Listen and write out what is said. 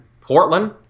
Portland